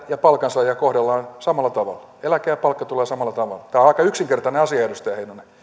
ja palkansaajia kohdellaan samalla tavalla eläke ja palkka tulevat samalla tavalla tämä on aika yksinkertainen asia edustaja heinonen